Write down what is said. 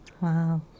Wow